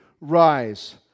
rise